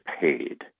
paid